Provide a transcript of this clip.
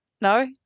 No